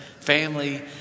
family